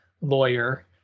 lawyer